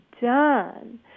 done